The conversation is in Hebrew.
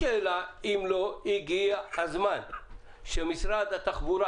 השאלה, אם לא הגיע הזמן שמשרד התחבורה